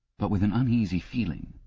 but with an uneasy feeling,